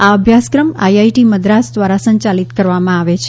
આ અભ્યાસક્રમ આઇઆઇટી મદ્રાસ ધ્વારા સંચાલિત કરવામાં આવે છે